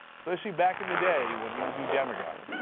especially back in the day when he would do demagoguery.